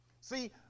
See